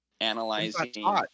analyzing